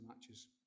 matches